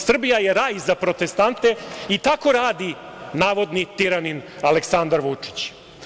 Srbija je raj za protestante i tako radi navodni tiranin Aleksandar Vučić.